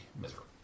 miserable